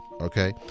okay